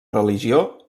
religió